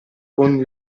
con